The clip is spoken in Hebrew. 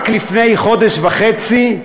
רק לפני חודש וחצי,